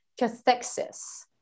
cathexis